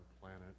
planet